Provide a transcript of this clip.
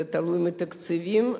זה תלוי בתקציבים.